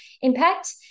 impact